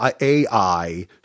AI